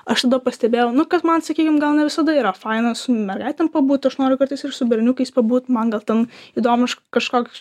aš tada pastebėjau kad man sakykim gal ne visada yra faina su mergaitėm pabūt aš noriu kartais ir su berniukais pabūt man gal ten įdomuš kažkokš